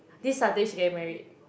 this Saturday she get married